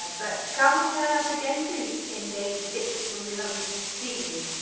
but come and turn up again please in day six it will be lovely to see you.